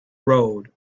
road